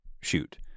shoot